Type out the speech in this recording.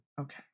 Okay